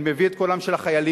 אני מביא את קולם של החיילים,